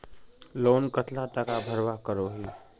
Loan कतला टाका भरवा करोही?